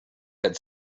had